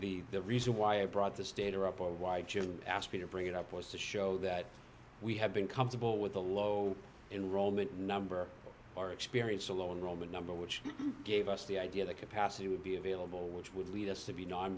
guess the reason why i brought the stater up or why jim asked me to bring it up was to show that we had been comfortable with the low in roman number our experience alone roman number which gave us the idea that capacity would be available which would lead us to be non